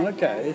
Okay